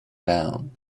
down